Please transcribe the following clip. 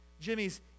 Jimmy's